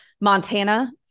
Montana